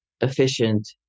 efficient